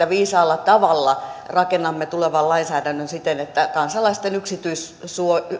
viisaalla tavalla rakennamme tulevan lainsäädännön siten että kansalaisten